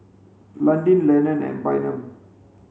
Landin Lenon and Bynum